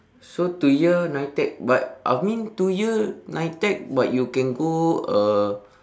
so two year NITEC but I mean two year NITEC but you can go uh